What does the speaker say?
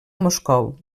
moscou